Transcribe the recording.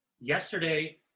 Yesterday